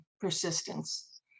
persistence